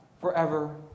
forever